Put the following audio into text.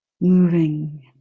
moving